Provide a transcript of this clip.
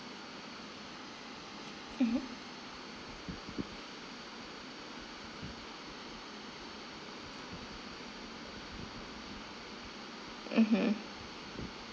mmhmm mmhmm